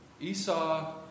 Esau